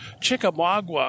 Chickamauga